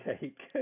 take